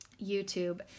YouTube